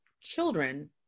children